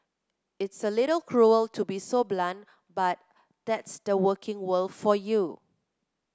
it's a little cruel to be so blunt but that's the working world for you